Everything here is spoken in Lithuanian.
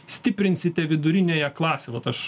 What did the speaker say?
stiprinsite viduriniąją klasę vat aš